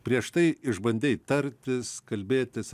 prieš tai išbandei tartis kalbėtis